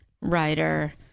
writer